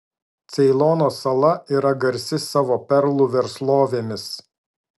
ceilono sala yra garsi savo perlų verslovėmis